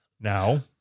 Now